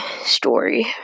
story